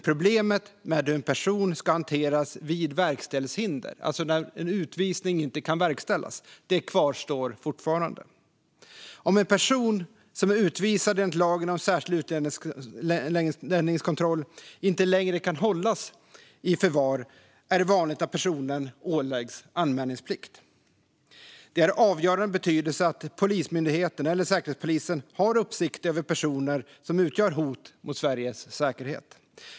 Problemet med hur en person ska hanteras vid verkställighetshinder, alltså när en utvisning inte kan verkställas, kvarstår dock. Om en person som är utvisad enligt lagen om särskild utlänningskontroll inte längre kan hållas i förvar är det vanligt att personen åläggs anmälningsplikt. Det är av avgörande betydelse att Polismyndigheten eller Säkerhetspolisen har uppsikt över personer som utgör hot mot Sveriges säkerhet.